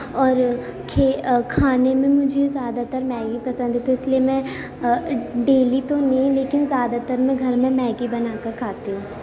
اور کھے کھانے میں مجھے زیادہ تر میگی پسند ہے تو اس لیے میں ڈیلی تو نہیں لیکن زیادہ تر میں گھر میں میگی بنا کر کھاتی ہوں